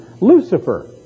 Lucifer